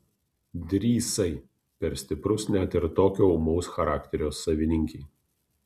drįsai per stiprus net ir tokio ūmaus charakterio savininkei